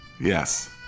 Yes